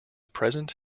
present